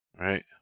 Right